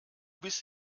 bist